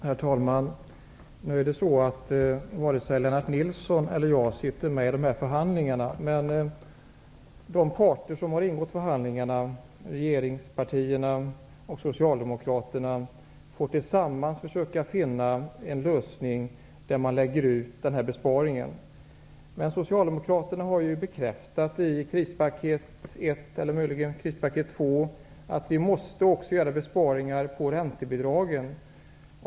Herr talman! Vare sig Lennart Nilsson eller jag deltar i förhandlingarna. Men de parter som har ingått i förhandlingarna, regeringspartierna och Socialdemokraterna, får tillsammans försöka finna en lösning där man lägger ut den här besparingen. Socialdemokraterna har ju bekräftat i krispaket 1, eller möjligtvis krispaket 2, att vi också måste göra besparingar på räntebidragen.